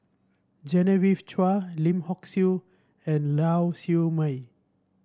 Genevieve Chua Lim Hock Siew and Lau Siew Mei